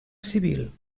civil